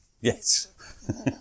Yes